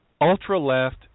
ultra-left